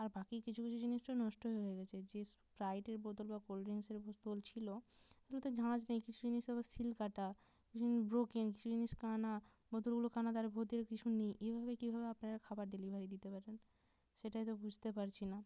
আর বাকি কিছু কিছু জিনিসও নষ্ট হয়ে গেছে যে স্প্রাইটের বোতল বা কোল্ড্রিংকের বোতল ছিলো এগুলোতে ঝাঁঝ নেই কিছুই নেই সবার শিল কাটা ব্রোকেন কিছু জিনিস কাটা বোতলগুলো কাটা তার মধ্যে কিছু নেই এভাবে কীভাবে আপনারা খাবার ডেলিভারি দিতে পারেন সেটাই তো বুঝতে পারছি না